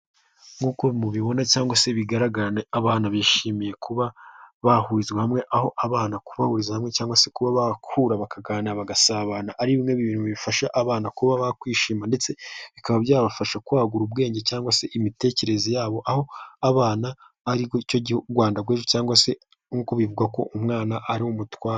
Nk'uko mubibona cyangwa se bigaragara, abana bishimiye kuba bahuriza hamwe, aho abana kubahuriza hamwe cyangwa se kuba bahura bakaganira bagasabana, ari bimwe mu bintu bifasha abana kuba bakwishima ndetse bikaba byabafasha kwagura ubwenge cyangwa se imitekerereze yaboz aho abana ari Rwanda rw'ejo cyangwa se bivuga ko umwana ari umutware.